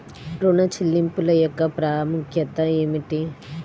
ఋణ చెల్లింపుల యొక్క ప్రాముఖ్యత ఏమిటీ?